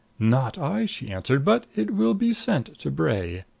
not i, she answered. but it will be sent to bray.